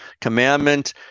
commandment